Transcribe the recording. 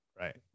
Right